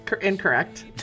Incorrect